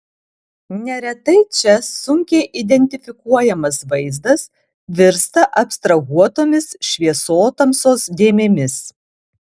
neretai čia sunkiai identifikuojamas vaizdas virsta abstrahuotomis šviesotamsos dėmėmis